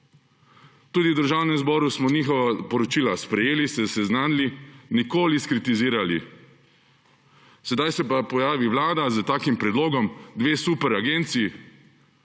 Tudi v Državnem zboru smo njihova poročila sprejeli, se seznanili, nikoli skritizirali. Sedaj se pa pojavi vlada s takim predlogom za dve superagenciji,